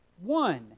one